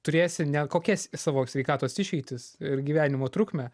turėsi ne kokias savo sveikatos išeitis ir gyvenimo trukmę